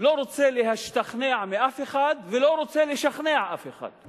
לא רוצה להשתכנע מאף אחד ולא רוצה לשכנע אף אחד.